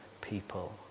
people